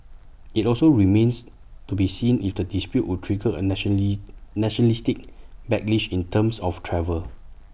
IT also remains to be seen if the dispute would trigger A nationalistic backlash in terms of travel